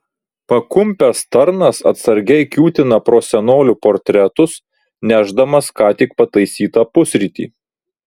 pakumpęs tarnas atsargiai kiūtina pro senolių portretus nešdamas ką tik pataisytą pusrytį